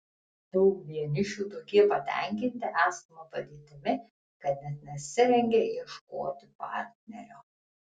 daug vienišių tokie patenkinti esama padėtimi kad net nesirengia ieškoti partnerio